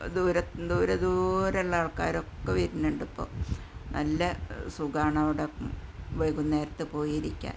ദൂര ദൂരെദൂരെയുള്ള ആള്ക്കാരൊക്കെ വരുന്നുണ്ടിപ്പോൾ ഇപ്പോൾ നല്ല സുഖമാണവിടെ വൈകുന്നേരത്തു പോയിരിക്കാന്